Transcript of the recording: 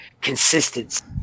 consistency